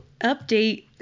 update